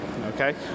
okay